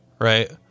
Right